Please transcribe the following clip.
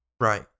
Right